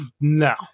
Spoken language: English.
no